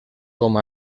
com